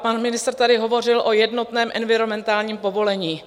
Pan ministr tady hovořil o jednotném environmentálním povolení.